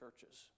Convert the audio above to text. churches